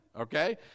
okay